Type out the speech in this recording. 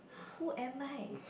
who am I